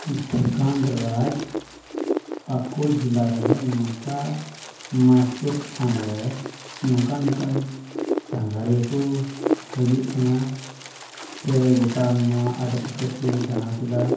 ᱡᱷᱟᱲᱠᱷᱚᱸᱰ ᱨᱟᱡᱽ ᱯᱟᱹᱠᱩᱲ ᱡᱮᱞᱟᱨᱮ ᱱᱚᱠᱟ ᱢᱚᱦᱮᱥᱯᱩᱨ ᱯᱨᱚᱠᱷᱚᱸᱰ ᱨᱮ ᱱᱚᱝᱠᱟ ᱱᱚᱝᱠᱟᱱ ᱥᱟᱸᱜᱷᱟᱨᱤᱭᱟᱹ ᱠᱚ ᱦᱤᱡᱩᱜ ᱠᱟᱱᱟ ᱥᱮ ᱜᱳᱴᱟ ᱱᱚᱣᱟ ᱟᱰᱮ ᱯᱟᱥᱮ ᱠᱚ ᱫᱟᱬᱟ ᱠᱮᱫᱟ